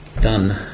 done